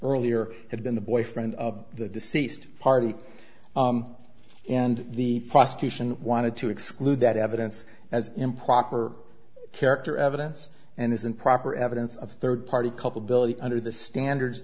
earlier had been the boyfriend of the deceased party and the prosecution wanted to exclude that evidence as improper character evidence and this improper evidence of third party culpability under the standards